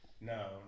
No